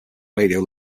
radio